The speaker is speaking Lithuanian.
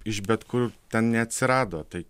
iš bet kur ten neatsirado tai